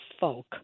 folk